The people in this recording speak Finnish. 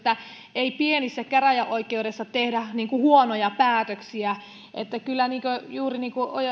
ettei pienissä käräjäoikeuksissa tehdä huonoja päätöksiä kyllä on juuri niin kuin